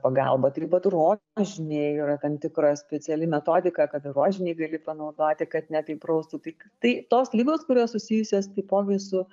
pagalba taip pat rožinei yra tam tikra speciali metodika kad ir rožinei gali panaudoti kad ne taip raustų tai tai tos ligos kurios susijusios taipogi su